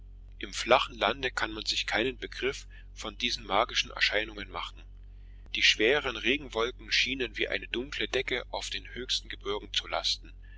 im flachen lande kann man sich keinen begriff von diesen magischen erscheinungen machen die schweren regenwolken schienen wie eine dunkle decke auf den höchsten gebirgen zu lasten